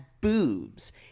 boobs